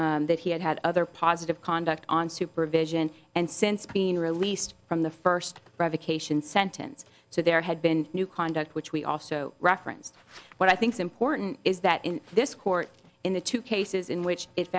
that he had had other positive conduct on supervision and since being released from the first revocation sentence so there had been new conduct which we also referenced what i think is important is that in this court in the two cases in which it